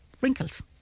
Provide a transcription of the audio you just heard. wrinkles